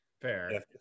Fair